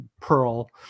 pearl